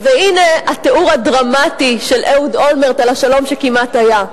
והנה התיאור הדרמטי של אהוד אולמרט על השלום שכמעט היה.